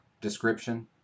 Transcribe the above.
Description